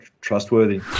trustworthy